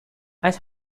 ice